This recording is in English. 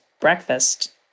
Breakfast